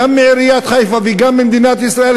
גם מעיריית חיפה וגם ממדינת ישראל,